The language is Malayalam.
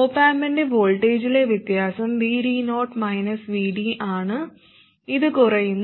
ഒപ് ആമ്പിന്റെ വോൾട്ടേജിലെ വ്യത്യാസം VD0 VD ആണ് ഇത് കുറയുന്നു